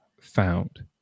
found